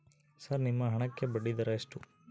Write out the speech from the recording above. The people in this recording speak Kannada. ಸರ್ ನಿಮ್ಮ ಹಣಕ್ಕೆ ಬಡ್ಡಿದರ ಎಷ್ಟು?